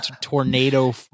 tornado